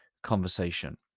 Conversation